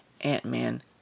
Ant-Man